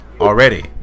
already